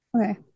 Okay